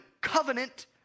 covenant